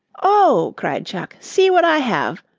oh! cried chuck, see what i have,